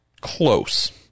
close